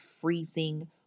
freezing